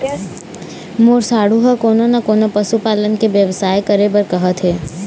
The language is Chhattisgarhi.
मोर साढ़ू ह कोनो न कोनो पशु पालन के बेवसाय करे बर कहत हे